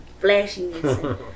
flashiness